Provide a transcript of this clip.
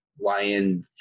lion